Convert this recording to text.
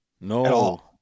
no